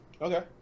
Okay